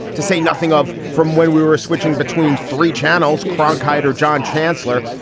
to say nothing of from when we were switching between three channels, cronkite or john chancellor.